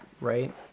right